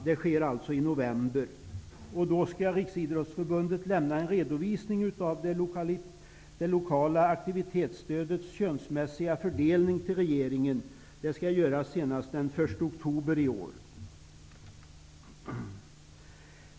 Senast den 1 oktober i år skall Riksidrottsförbundet lämna en redovisning till regeringen av den könsmässiga fördelningen av det lokala aktivitetsstödet.